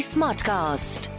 Smartcast